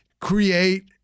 create